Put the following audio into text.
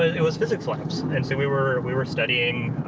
it was physics labs. and so we were we were studying,